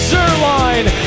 Zerline